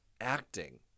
acting